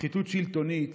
שחיתות שלטונית